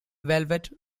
velvet